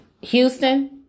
Houston